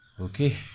Okay